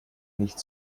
nicht